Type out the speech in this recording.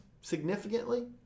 significantly